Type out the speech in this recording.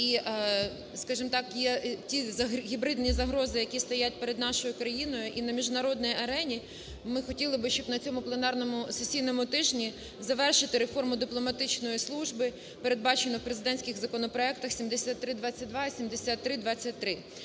і, скажемо так, є ті гібридні загрози, які стоять перед нашою країною і на міжнародній арені, ми хотіли б, щоб на цьому пленарному сесійному тижні завершити реформу дипломатичної служби, передбачено в президентських законопроектах 7322 і 7323.